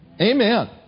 Amen